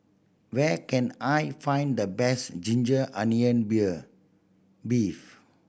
where can I find the best ginger onion bear beef